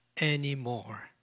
anymore